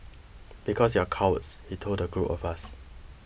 because you are cowards he told the group of us